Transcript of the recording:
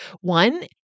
One